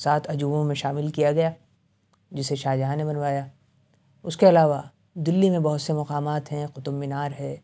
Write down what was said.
سات عجوبوں میں شامل کیا گیا جسے شاہ جہاں نے بنوایا اس کے علاوہ دلی میں بہت سے مقامات ہیں قطب مینار ہے